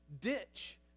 ditch